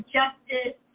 justice